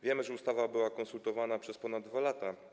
Wiemy, że ustawa była konsultowana przez ponad 2 lata.